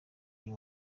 uyu